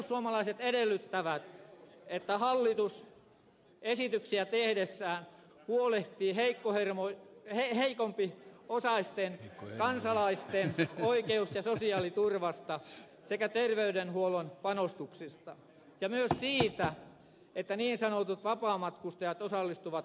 perussuomalaiset edellyttävät että hallitus esityksiä tehdessään huolehtii heikompiosaisten kansalaisten oikeus ja sosiaaliturvasta sekä terveydenhuollon panostuksista ja myös siitä että niin sanotut vapaamatkustajat osallistuvat lamatalkoisiin